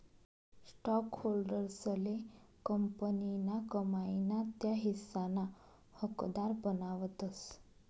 स्टॉकहोल्डर्सले कंपनीना कमाई ना त्या हिस्साना हकदार बनावतस